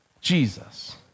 Jesus